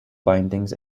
bindings